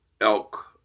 elk